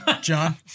John